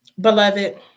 beloved